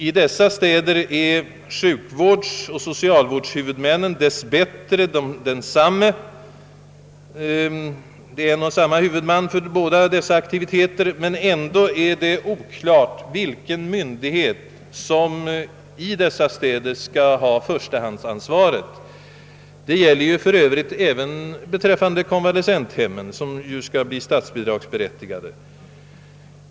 I dessa städer är det dessbättre en och samma huvudman för både sjukoch socialvård, men ändå är det oklart vilken myndighet som skall ha förstahandsansvaret. Det gäller för övrigt även beträffande konvalescenthemmen som ju också skall bli statsbidragsberättigade.